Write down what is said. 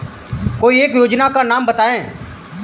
कोई एक योजना का नाम बताएँ?